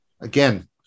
again